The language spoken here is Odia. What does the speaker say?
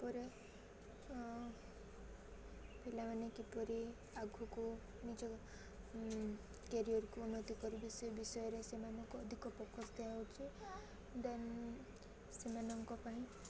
ପରେ ପିଲାମାନେ କିପରି ଆଗକୁ ନିଜ କ୍ୟାରିଅରକୁ ଉନ୍ନତି କରିବେ ସେ ବିଷୟରେ ସେମାନଙ୍କୁ ଅଧିକ ପଖଶ ଦିଆ ହଉଛି ଦେନ୍ ସେମାନଙ୍କ ପାଇଁ